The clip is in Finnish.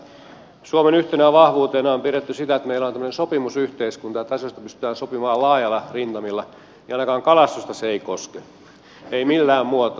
jos sanotaan että suomen yhtenä vahvuutena on pidetty sitä että meillä on tämmöinen sopimusyhteiskunta että asioista pystytään sopimaan laajoilla rintamilla niin ainakaan kalastusta se ei koske ei millään muotoa